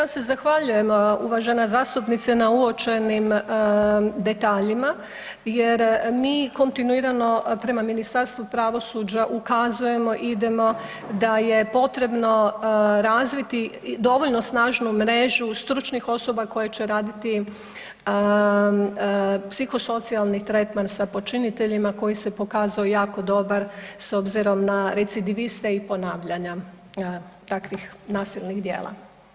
Ja se zahvaljujem uvažena zastupnice na uočenim detaljima jer mi kontinuirano prema Ministarstvu pravosuđa ukazujemo idemo da je potrebno razviti dovoljno snažnu mrežu stručnih osoba koje će raditi psihosocijalni tretman sa počiniteljima koji se pokazao jako dobar s obzirom na recidiviste i ponavljanja takvih nasilnih djela.